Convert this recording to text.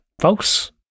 folks